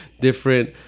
different